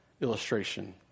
illustration